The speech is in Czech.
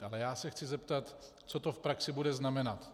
Ale já se chci zeptat, co to v praxi bude znamenat.